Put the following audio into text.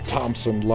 Thompson